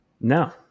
No